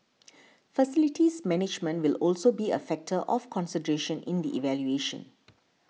facilities management will also be a factor of consideration in the evaluation